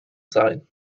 sein